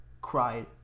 Cried